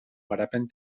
garapen